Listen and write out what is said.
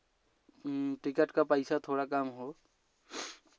ticket का पैसा थोड़ा कम हो